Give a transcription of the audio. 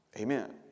Amen